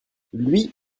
lui